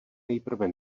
nejprve